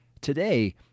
today